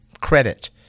credit